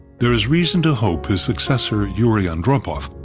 there is reason to hope his successor, yuri andropov,